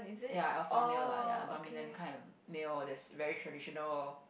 ya alpha male lah ya dominant kind of male that is very traditional